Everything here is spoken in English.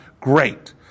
great